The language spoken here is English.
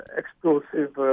explosive